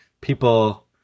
people